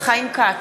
חיים כץ,